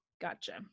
Gotcha